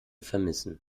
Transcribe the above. vermissen